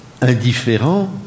indifférent